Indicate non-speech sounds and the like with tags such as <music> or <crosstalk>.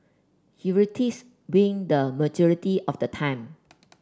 <unintelligible> win the majority of the time